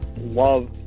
love